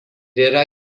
yra